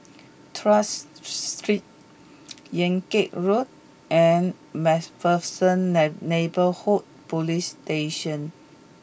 Tuas Street Yan Kit Road and MacPherson nine Neighbourhood Police Station